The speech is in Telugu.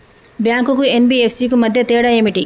బ్యాంక్ కు ఎన్.బి.ఎఫ్.సి కు మధ్య తేడా ఏమిటి?